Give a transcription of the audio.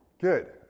Good